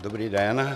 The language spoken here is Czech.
Dobrý den.